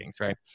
Right